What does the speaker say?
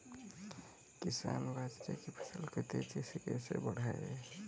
किसान बाजरे की फसल को तेजी से कैसे बढ़ाएँ?